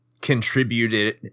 contributed